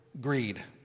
greed